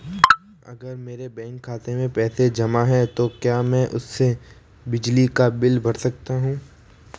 अगर मेरे बैंक खाते में पैसे जमा है तो क्या मैं उसे बिजली का बिल भर सकता हूं?